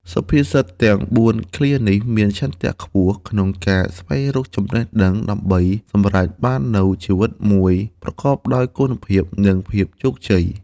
សុភាសិតទាំងបួនឃ្លានេះមានឆន្ទៈខ្ពស់ក្នុងការស្វែងរកចំណេះដឹង ដើម្បីសម្រេចបាននូវជីវិតមួយប្រកបដោយគុណភាព និងភាពជោគជ័យ។